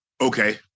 Okay